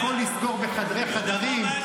לסגור הכול בחדרי חדרים?